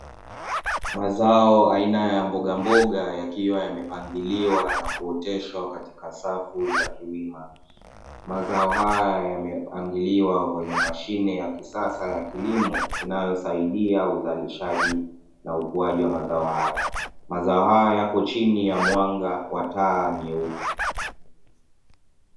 Mazao aina ya mboga mboga yakiwa yamepangiliwa na kuoteshwa katika safu za kilima, mazao haya yamepangiliwa kwenye mashine ya kisasa ya kilimo inayosaidia uzalishaji na ukuaji wa mazao hayo, mazao haya yakochini ya mwanga wa taa nyeupe.